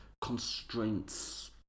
constraints